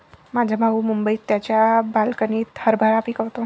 माझा भाऊ मुंबईत त्याच्या बाल्कनीत हरभरा पिकवतो